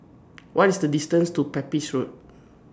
What IS The distance to Pepys Road